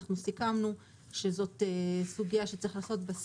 סיכמנו שזאת סוגיה שצריך לעשות בה סדר.